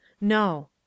No